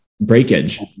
breakage